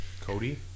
Cody